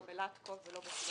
לא בלטקו ולא בפלורין.